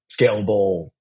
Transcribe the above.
scalable